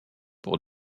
pour